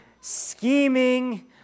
scheming